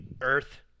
Earth